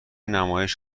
نمایش